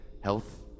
health